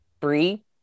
three